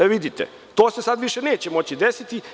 Vidite, to se sada više neće moći desiti.